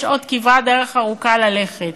יש עוד כברת דרך ארוכה ללכת.